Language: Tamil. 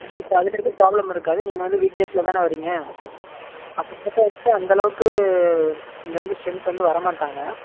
உங்களுக்கு அதில் எதுவும் ப்ராப்ளம் இருக்காது நீங்கள் வந்து வீக் டேஸ்ல தானே வர்றீங்க அப்படிங்கறப்ப வந்து அந்தளவுக்கு இங்கே வந்து ஸ்ட்ரெந்த் வந்து வரமாட்டாங்கள்